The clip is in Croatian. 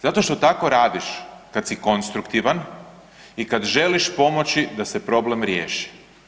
Zato što tako radiš kad si konstruktivan i kad želiš pomoći da se problem riješi.